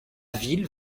ville